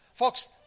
Folks